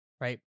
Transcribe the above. right